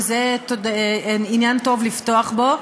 וזה עניין טוב לפתוח בו,